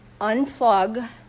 unplug